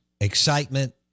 excitement